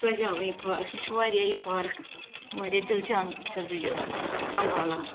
سجاوٕنۍ پارک مےٚ چھُ واریاہ یہِ پارک واریاہ دِلہٕ جانہٕ چھس بہٕ یہِ سمبالان